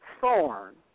thorn